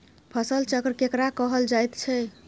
फसल चक्र केकरा कहल जायत छै?